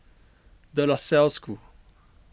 De La Salle School